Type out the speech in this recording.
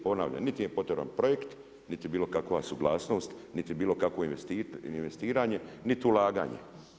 Ponavljam, niti je potreban projekt niti bilo kakva suglasnost, niti bilo kakva investiranje niti ulaganje.